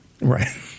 Right